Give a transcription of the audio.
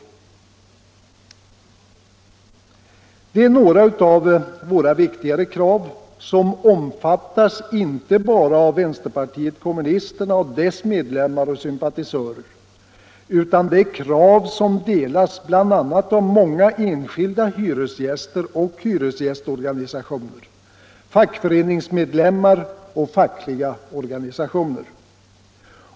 Detta är några av våra viktigare krav, som omfattas inte bara av vänsterpartiet kommunisterna och dess medlemmar och sympatisörer utan som också delas bl.a. av många enskilda hyresgäster och hyresgästorganisationer, fackföreningsmedlemmar och fackliga organisationer.